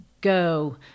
go